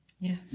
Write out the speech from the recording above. Yes